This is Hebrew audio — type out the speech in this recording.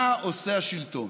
מה עושה השלטון,